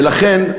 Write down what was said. ולכן,